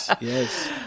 yes